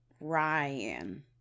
Ryan